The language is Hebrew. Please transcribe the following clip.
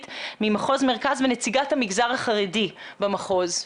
ממחוז מרכז ונציגת המגזר החרדי במחוז.